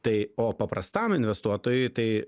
tai o paprastam investuotojui tai